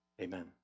Amen